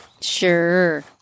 Sure